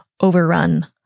overrun